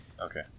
Okay